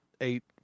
eight